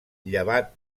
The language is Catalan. llevat